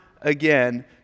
again